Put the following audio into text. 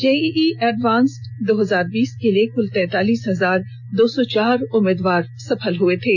JEE advance दो हजार बीस के लिए कुल तैंतालीस हजार दो सौ चार उम्मीदवार सफल हुए थे